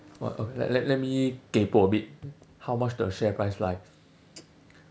what oh let let let me kaypoh a bit how much the share price fly